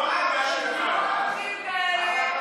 אחוז החסימה, 23:00,